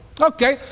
Okay